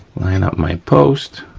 line up my posts,